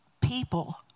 people